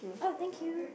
oh thank you